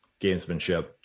gamesmanship